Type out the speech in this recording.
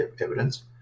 evidence